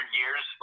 years